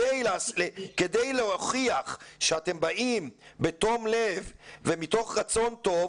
כדי להוכיח שאתם באים בתום לב ומתוך רצון טוב,